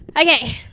Okay